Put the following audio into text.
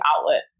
outlet